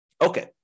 Okay